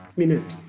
minute